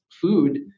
food